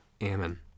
Ammon